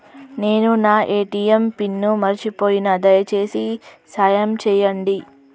నేను నా ATM pin మర్చిపోయిన, దయచేసి సాయం చేయండి